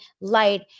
light